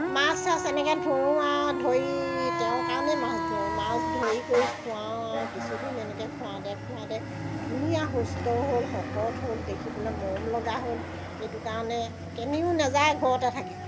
মাছ চাছ এনেকৈ ধৰোঁ আৰু ধয়ি তেওঁ কাৰণেই মাছ ধৰোঁ মাছ ধৰি কৰি খুৱাওঁ আৰু কিছুদিন এনেকৈ খুৱাওতে খুৱাওতে ধুনীয়া সুস্থও হ'ল শকত হ'ল দেখিবলৈ মৰম লগা হ'ল সেইটো কাৰণে কেনিও নাযায় ঘৰতে থাকে